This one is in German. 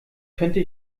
könnte